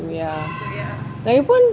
oh ya lagipun